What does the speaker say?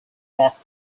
rock